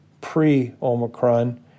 pre-Omicron